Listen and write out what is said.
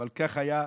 אבל כך היה,